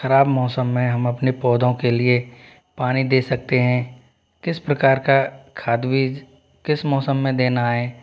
खराब मौसम में हम अपने पौधों के लिए पानी दे सकते हैं किस प्रकार का खाद बीज किस मौसम में देना है